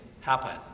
happen